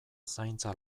zaintza